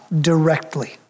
directly